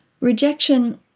Rejection